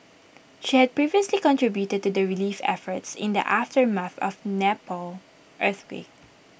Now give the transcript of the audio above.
she had previously contributed to the relief efforts in the aftermath of the Nepal earthquake